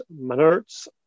Manertz